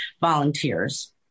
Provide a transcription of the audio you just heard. volunteers